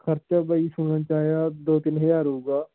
ਖਰਚਾ ਬਾਈ ਸੁਣਨ 'ਚ ਆਇਆ ਦੋ ਤਿੰਨ ਹਜ਼ਾਰ ਹੋਵੇਗਾ